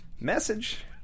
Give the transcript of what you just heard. Message